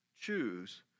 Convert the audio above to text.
choose